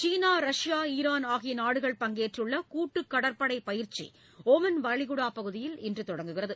சீனா Russia Iran ஆகிய நாடுகள் பங்கேற்றுள்ள கூட்டு கடற்படைப் பயிற்சி ஓமன் வளைகுடா பகுதியில் இன்று தொடங்குகிறது